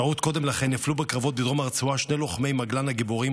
שעות קודם לכן נפלו בקרבות בדרום הרצועה שני לוחמי מגלן הגיבורים,